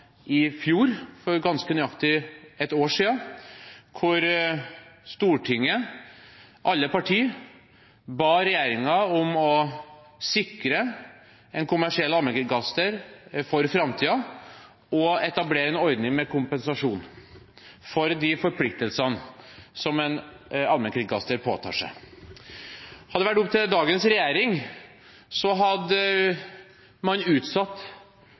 i fjor, for ganske nøyaktig ett år siden, der Stortinget, alle partier, ba regjeringen om å sikre en kommersiell allmennkringkaster for framtiden og å etablere en ordning med kompensasjon for de forpliktelsene som en allmennkringkaster påtar seg. Hadde det vært opp til dagens regjering, hadde man utsatt